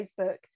Facebook